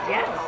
Yes